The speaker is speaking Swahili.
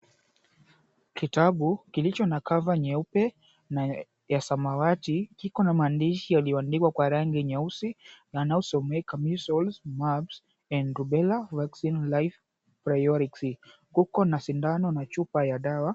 Kitabu kilicho na kava nyeupe na ya samawati kiko na maandishi yalioandikwa kwa rangi nyeusi yanayosomeka "Measles, Mumps, and Rubella Live PRIORX". Kuko na sindano na chupa ya dawa.